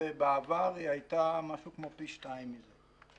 ובעבר היא היתה פי שניים מזה.